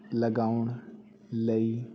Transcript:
ਲਗਾਉਣ ਲਈ